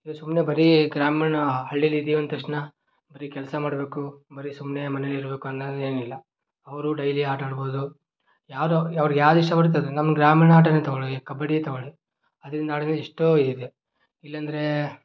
ಇವ್ರು ಸುಮ್ಮನೆ ಬರೀ ಗ್ರಾಮೀಣ ಹಳ್ಳಿಯಲ್ಲಿದ್ದೀವಿ ಅಂದ ತಕ್ಷಣ ಬರೀ ಕೆಲಸ ಮಾಡಬೇಕು ಬರೀ ಸುಮ್ಮನೆ ಮನೆಯಲ್ಲಿರಬೇಕು ಅನ್ನೋದು ಏನಿಲ್ಲ ಅವರು ಡೈಲಿ ಆಟ ಆಡ್ಬೋದು ಯಾರೂ ಅವರಿಗೆ ಆದೇಶ ಕೊಡ್ತದೆ ನಮ್ಮ ಗ್ರಾಮೀಣ ಆಟವೇ ತಗೊಳ್ಳಿ ಕಬಡ್ಡಿಯೇ ತಗೊಳ್ಳಿ ಅದರಿಂದ ಎಷ್ಟೋ ಇದಿದೆ ಇಲ್ಲ ಅಂದ್ರೆ